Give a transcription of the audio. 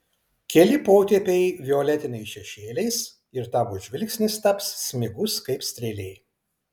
keli potėpiai violetiniais šešėliais ir tavo žvilgsnis taps smigus kaip strėlė